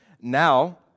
Now